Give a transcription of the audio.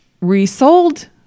resold